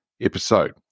episode